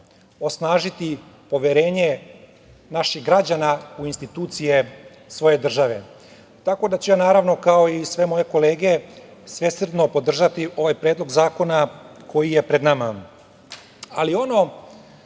osnažiti poverenje naših građana u institucije svoje države. Tako da će, naravno, kao i sve moje kolege, svesrdno podržati ovaj predlog zakona koji je pred nama. Ono